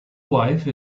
wife